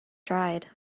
dried